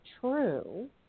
true